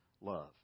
love